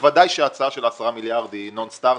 בוודאי שההצעה של ה-10 מיליארד היא "נון סטרטר",